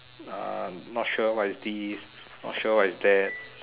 uh not sure what is this not sure what is that